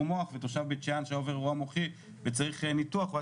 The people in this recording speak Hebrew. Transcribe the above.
מוח ותושב בית שאן שעובר אירוע מוחי וצריך ניתוח הוא היה